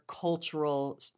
cultural